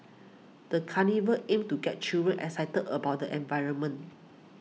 the carnival aimed to get children excited about the environment